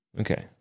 Okay